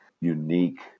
unique